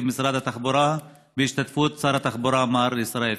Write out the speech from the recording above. משרד התחבורה בהשתתפות שר התחבורה מר ישראל כץ.